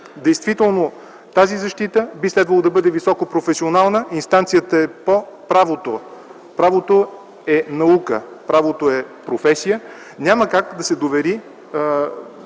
Действително тази защита би следвало да бъде високо професионална. Инстанцията е по правото. Правото е наука, правото е професия, няма как да се довери